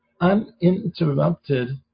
uninterrupted